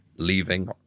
Leaving